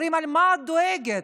אומרים, מה את דואגת,